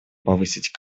повысить